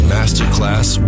Masterclass